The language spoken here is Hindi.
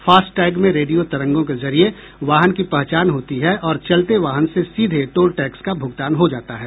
फास्टैग में रेडियो तरंगों के जरिये वाहन की पहचान होती है और चलते वाहन से सीधे टोल टैक्स का भुगतान हो जाता है